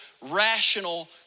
rational